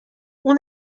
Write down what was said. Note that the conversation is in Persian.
اون